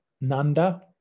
Nanda